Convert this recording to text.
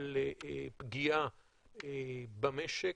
לפגיעה במשק.